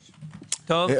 אמת.